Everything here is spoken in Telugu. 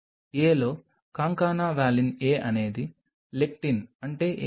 a లో Concana Valin A అనేది లెక్టిన్ అంటే ఏమిటి